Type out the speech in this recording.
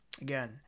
again